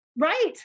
Right